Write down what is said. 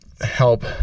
help